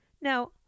Now